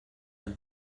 and